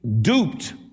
duped